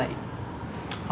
no at tanjong pagar